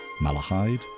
Malahide